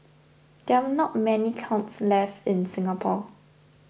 there are not many kilns left in Singapore